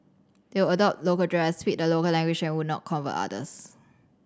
they would adopt local dress speak the local language and would not convert others